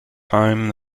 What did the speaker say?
time